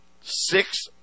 Six